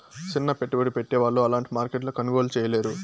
సిన్న పెట్టుబడి పెట్టే వాళ్ళు అలాంటి మార్కెట్లో కొనుగోలు చేయలేరు